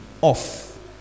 off